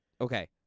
Okay